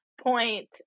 point